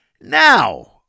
Now